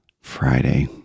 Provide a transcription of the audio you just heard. friday